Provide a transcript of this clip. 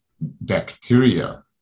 bacteria